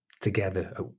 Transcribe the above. together